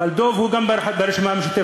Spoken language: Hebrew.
אבל גם דב הוא ברשימה המשותפת,